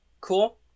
Cool